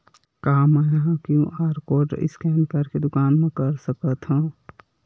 का मैं ह क्यू.आर कोड स्कैन करके दुकान मा कर सकथव?